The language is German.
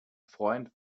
freund